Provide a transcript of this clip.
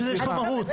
חשבתי שיש פה מהות.